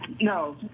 No